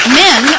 men